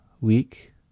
week